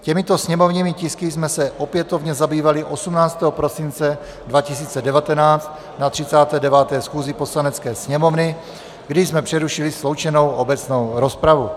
Těmito sněmovními tisky jsme se opětovně zabývali 18. prosince 2019 na 39. schůzi Poslanecké sněmovny, kdy jsme přerušili sloučenou obecnou rozpravu.